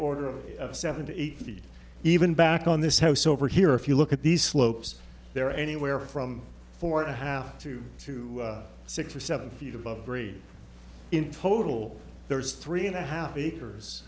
order of seven to eight feet even back on this house over here if you look at these slopes they're anywhere from four and a half to two six or seven feet above grade in total there is three and a half acres